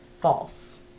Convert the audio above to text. False